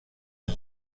یاد